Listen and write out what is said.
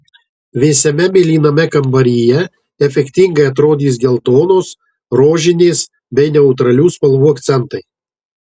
vėsiame mėlyname kambaryje efektingai atrodys geltonos rožinės bei neutralių spalvų akcentai